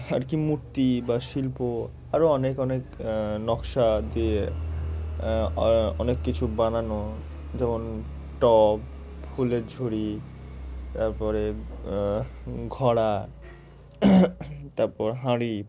আর কি মূর্তি বা শিল্প আরও অনেক অনেক নকশা দিয়ে অ অনেক কিছু বানানো যেমন টব ফুলের ঝুড়ি তার পরে ঘড়া তারপর হাঁড়ি